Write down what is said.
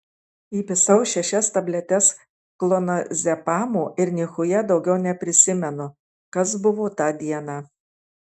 įpisau šešias tabletes klonazepamo ir nichuja daugiau neprisimenu kas buvo tą dieną